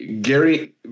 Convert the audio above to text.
gary